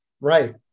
Right